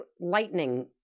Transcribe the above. lightning